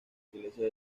iglesia